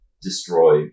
destroy